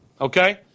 Okay